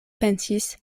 pensis